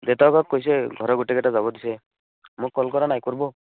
দেউতাকক কৈছে ঘৰৰ গোটেইকেইটা যাব দিছে মোক কল কৰা নাই কৰিব